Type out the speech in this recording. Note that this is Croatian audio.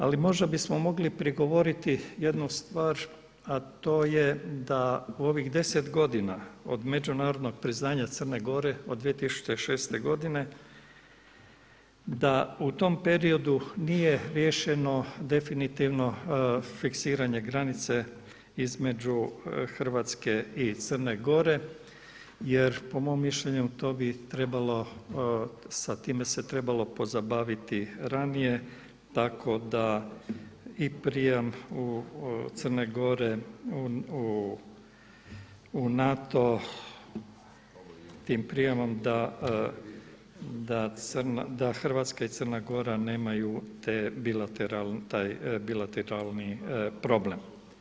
Ali možda bismo mogli prigovoriti jednu stvar a to je da u ovih 10 godina od međunarodnog priznanja Crne Gore od 2006. godine da u tom periodu nije riješeno definitivno fiksiranje granice između Hrvatske i Crne Gore jer po mom mišljenju to bi trebalo, sa time se trebalo pozabaviti ranije tako da i prijam Crne Gore u NATO, tim prijemom da Hrvatska i Crna Gora nemaju te bilateralne, taj bilateralni problem.